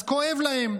אז כואב להם.